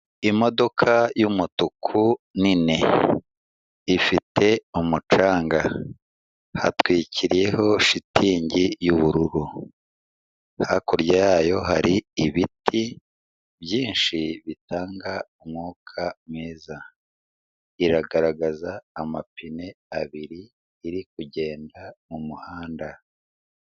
Imodoka y'umutuku nini ifite umucanga hatwikiriyeho shitingi y'ubururu, hakurya yayo hari ibiti byinshi bitanga umwuka mwiza, iragaragaza amapine abiri iri kugenda mu muhanda.